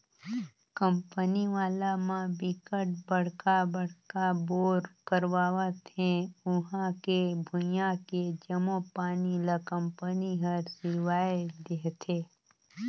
company वाला म बिकट बड़का बड़का बोर करवावत हे उहां के भुइयां के जम्मो पानी ल कंपनी हर सिरवाए देहथे